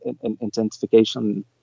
intensification